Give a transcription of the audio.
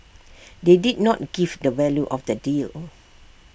they did not give the value of the deal